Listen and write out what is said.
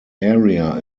area